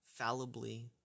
fallibly